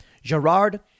Gerard